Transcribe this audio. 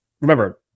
Remember